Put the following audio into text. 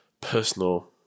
personal